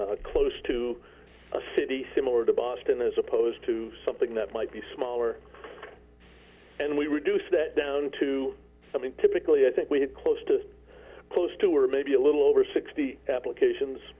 close to a city similar to boston as opposed to something that might be smaller and we reduce that down to something typically i think we had close to close to or maybe a little over sixty applications